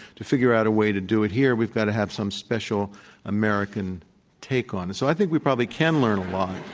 figure out a way to do it here. we've got to have some special american take on it. so i think we probably can learn like